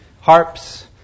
harps